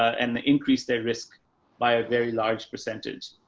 and the increase their risk by a very large percentage.